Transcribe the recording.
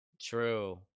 True